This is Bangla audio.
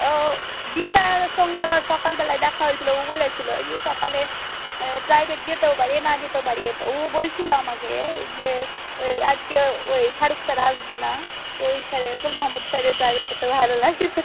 ও দিশার সঙ্গে আমার সকালবেলাই দেখা হয়েছিলো ও বলেছিলো আজকে সকালে প্রাইভেট যেতেও পারি না যেতেও পারি এটা ও বলছিলো আমাকে যে ওই আজকে ওই ফারুখ স্যার আসবে না তো ওই স্যারের ফুল মহাম্মাদ স্যারের প্রাইভেট পড়তে ভালো লাগে তো